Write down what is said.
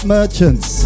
Merchants